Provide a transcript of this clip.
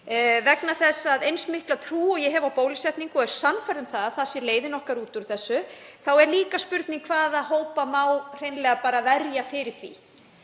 hér á landi. Eins mikla trú og ég hef á bólusetningum og er sannfærð um að það sé leiðin okkar út úr þessu þá er líka spurning hvaða hópa má hreinlega bara verja fyrir því.